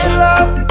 love